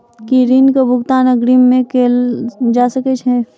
की ऋण कऽ भुगतान अग्रिम मे कैल जा सकै हय?